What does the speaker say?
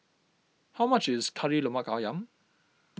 how much is Kari Lemak Ayam